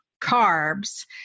carbs